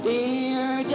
Dear